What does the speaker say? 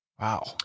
wow